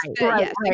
Yes